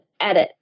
edit